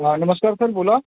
हां नमस्कार सर बोला